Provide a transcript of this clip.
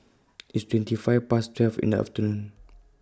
IT IS twenty five Past twelve in The afternoon